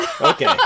Okay